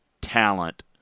talent